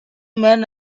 men